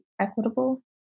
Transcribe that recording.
Equitable